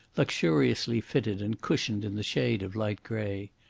luxuriously fitted and cushioned in the shade of light grey.